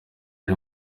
ari